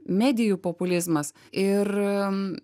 medijų populizmas ir